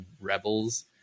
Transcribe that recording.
Rebels